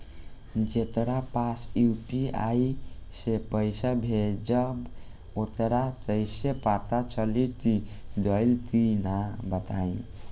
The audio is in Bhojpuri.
जेकरा पास यू.पी.आई से पईसा भेजब वोकरा कईसे पता चली कि गइल की ना बताई?